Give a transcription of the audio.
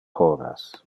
horas